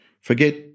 forget